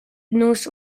nos